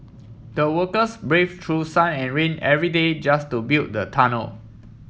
the workers braved through sun and rain every day just to build the tunnel